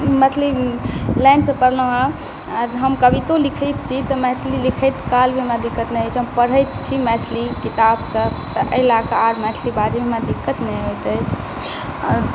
मैथिली लाइनसँ पढ़लहुँ हँ हम कवितो लिखैत छी तऽ मैथिली लिखैत कालमे हमरा दिक्क्त नहि होइ छै हम पढ़ैत छी मैथिलीके किताबसब तऽ एहि लऽ कऽ आओर हमरा मैथिली बाजैमे दिक्कत नहि होइत अछि